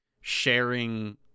sharing